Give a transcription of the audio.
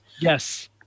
yes